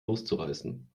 loszureißen